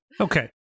Okay